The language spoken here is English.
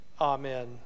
Amen